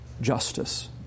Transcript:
justice